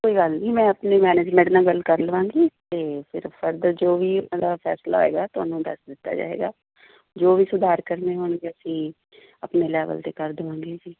ਕੋਈ ਗੱਲ ਨਹੀਂ ਮੈਂ ਆਪਣੇ ਮੈਨੇਜਮੈਂਟ ਨਾਲ਼ ਗੱਲ ਕਰ ਲਵਾਂਗੀ ਅਤੇ ਫਿਰ ਫਰਦਰ ਜੋ ਵੀ ਉਹਨਾਂ ਦਾ ਫੈਸਲਾ ਹੋਏਗਾ ਤੁਹਾਨੂੰ ਦੱਸ ਦਿੱਤਾ ਜਾਏਗਾ ਜੋ ਵੀ ਸੁਧਾਰ ਕਰਨੇ ਹੋਣਗੇ ਅਸੀਂ ਆਪਣੇ ਲੈਵਲ 'ਤੇ ਕਰ ਦੇਵਾਂਗੇ ਜੀ